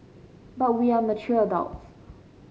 but we are mature adults